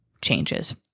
changes